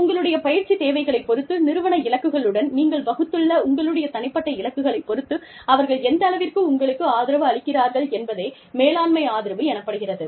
உங்களுடைய பயிற்சி தேவைகளை பொறுத்து நிறுவன இலக்குகளுடன் நீங்கள் வகுத்துள்ள உங்களுடைய தனிப்பட்ட இலக்குகளைப் பொறுத்து அவர்கள் எந்தளவிற்கு உங்களுக்கு ஆதரவு அளிக்கிறார்கள் என்பதே மேலாண்மை ஆதரவு எனப்படுகிறது